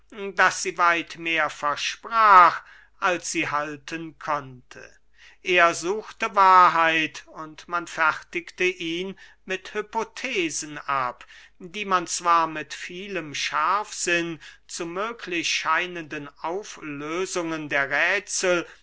daß sie weit mehr versprach als sie halten konnte er suchte wahrheit und man fertigte ihn mit hypothesen ab die man zwar mit vielem scharfsinn zu möglich scheinenden auflösungen der räthsel